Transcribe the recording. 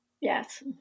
Yes